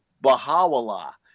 Baha'u'llah